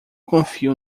confio